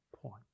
point